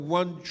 one